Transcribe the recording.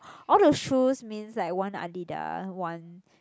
all the shoes means like one Adidas one